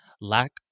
lack